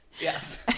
Yes